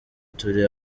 turi